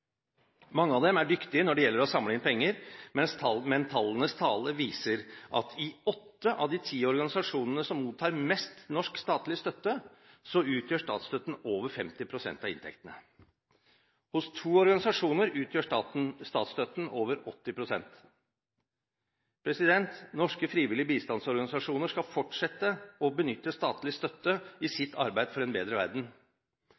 Mange av dem er dyktige når det gjelder å samle inn penger, men tallenes tale viser at i åtte av de ti organisasjonene som mottar mest norsk statlig støtte, utgjør statsstøtten over 50 pst. av inntektene. Hos to organisasjoner utgjør statsstøtten over 80 pst. Norske frivillige bistandsorganisasjoner skal fortsette å benytte statlig støtte i